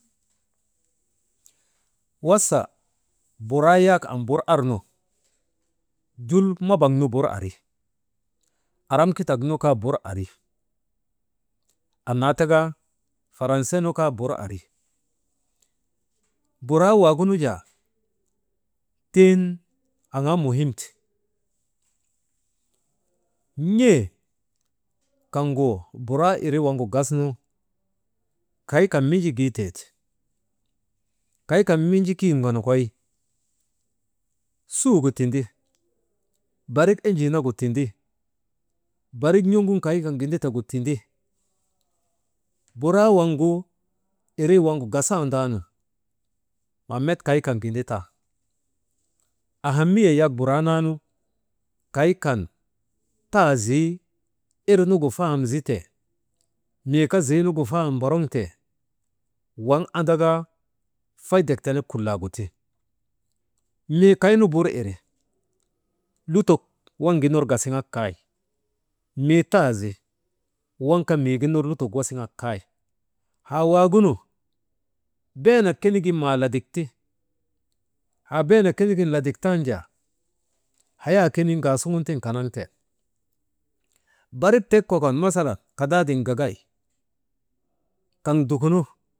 Wasa buraa yak am bu arnu, jul mabaŋnu bur ari, aram katak nu bur ari annaa taka faranse nu kaa bur ari. Buraa waagunu jaa tiŋ aŋaa muhimti n̰e kaŋgu buraa irii waŋgu gasnu kaykan. Minji giiteeti kay kan minjii kii ŋonokoy sugu tindi, barik enjii nagu tindi, barit n̰oŋun kay kan ginditegu tindi, buraa waŋgu irii wavgu gasandaanu, ha met kay kan ginditan ahamiyee yak buraa nan kay kan taazi irnuŋu faham zite mii kaa ziinugu faham mboroŋte, waŋ andaka feydek tenek kullaagu ti. Mii kaynu bur iri lutok waŋgin ner kasiŋak kay mii taazi waŋ kaa mii gin ner lutok wasiŋak kay haa waagunu beenak kenigin lagik tanjaa hayaa kenin ŋaasuŋun tiŋ kanaŋten. Barik tek kokon masalan kadaaden gagay kaŋ dukuno.